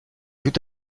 tout